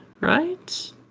right